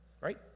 Right